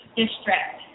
district